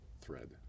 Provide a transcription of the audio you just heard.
thread